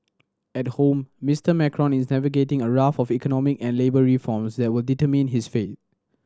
at home Mister Macron is navigating a raft of economic and labour reforms that will determine his fate